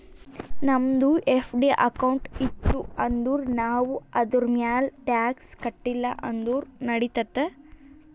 ನಮ್ದು FD account ಇತ್ತು ಅಂದುರ್ ನಾವ್ ಅದುರ್ಮ್ಯಾಲ್ ಟ್ಯಾಕ್ಸ್ ಕಟ್ಟಿಲ ಅಂದುರ್ ನಡಿತ್ತಾದ್